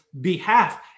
behalf